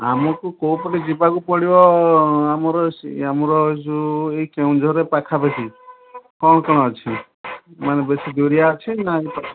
ଆମକୁ କେଉଁପଟେ ଯିବାକୁ ପଡ଼ିବ ଆମର ସେ ଆମର ଏହି ଯେଉଁ ଏହି କେଉଁଝରରେ ପାଖାପାଖି କ'ଣ କ'ଣ ଅଛି ମାନେ ବେଶି ଦୁରିଆ ଅଛି ନା